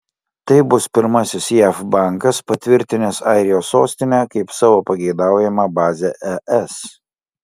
tai bus pirmasis jav bankas patvirtinęs airijos sostinę kaip savo pageidaujamą bazę es